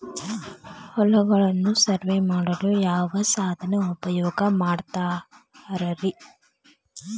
ಹೊಲಗಳನ್ನು ಸರ್ವೇ ಮಾಡಲು ಯಾವ ಸಾಧನ ಉಪಯೋಗ ಮಾಡ್ತಾರ ರಿ?